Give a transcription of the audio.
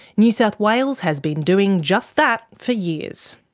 new south wales has been doing just that for years.